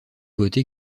voter